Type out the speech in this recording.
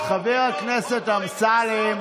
חבורת נוכלים.